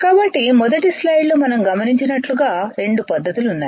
కాబట్టి మొదటి స్లైడ్లో మనం గమనించినట్లు గా రెండు పద్ధతులు ఉన్నాయి